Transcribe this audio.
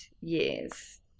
years